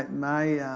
my